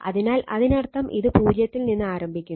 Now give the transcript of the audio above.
അതിനാൽ അതിനർത്ഥം ഇത് 0 ത്തിൽ നിന്ന് ആരംഭിക്കുന്നു